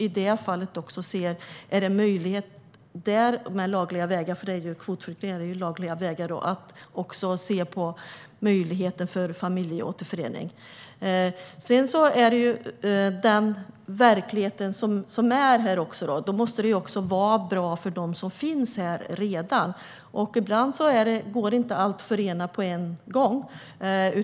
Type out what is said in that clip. I det fallet ser vi om det är möjligt med lagliga vägar och med familjeåterförening. Vi har den verklighet som vi har. Det måste också bli bra för dem som finns här redan. Ibland går det inte att förena allt på en gång.